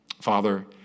Father